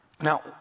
Now